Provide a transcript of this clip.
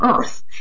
earth